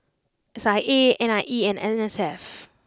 S I A N I E and N S F